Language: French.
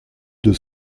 deux